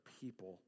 people